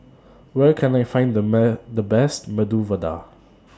Where Can I Find The The Best Medu Vada